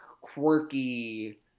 quirky